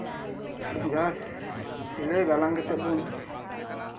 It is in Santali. ᱡᱟᱥᱴ ᱥᱤᱞᱟᱹᱭ ᱜᱟᱞᱟᱝ ᱠᱟᱛᱮ ᱵᱚᱱ